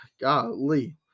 golly